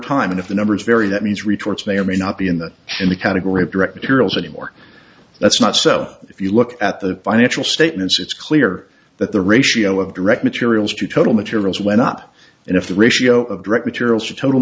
time and if the numbers vary that means retorts may or may not be in the in the category of direct materials anymore that's not so if you look at the financial statements it's clear that the ratio of direct materials to total materials went up and if the ratio of direct materials to total